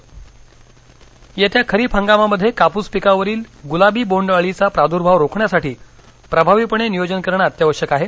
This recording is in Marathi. वाशिम येत्या खरीप हंगामामध्ये कापूस पिकावरील गुलाबी बोंड अळीचा प्रादुर्भाव रोखण्यासाठी प्रभावीपणे नियोजन करण अत्यावश्यक आहे